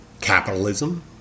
capitalism